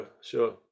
sure